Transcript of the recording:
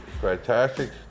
fantastic